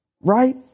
Right